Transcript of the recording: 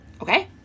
okay